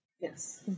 yes